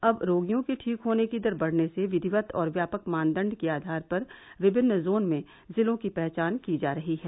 अब रोगियों के ठीक होने की दर बढने से विधिवत और व्यापक मानदंड के आधार पर विभिन्न जोन में जिलों की पहचान की जा रही है